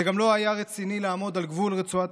זה גם לא היה רציני לעמוד על גבול רצועת